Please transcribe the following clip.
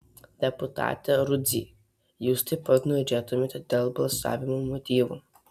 deputate rudzy jūs taip pat norėtumėte dėl balsavimo motyvų